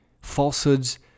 Falsehoods